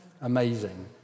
amazing